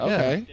Okay